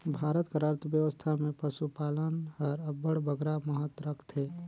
भारत कर अर्थबेवस्था में पसुपालन हर अब्बड़ बगरा महत रखथे